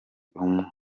umwe